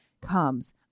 comes